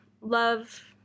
love